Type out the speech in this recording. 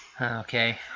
Okay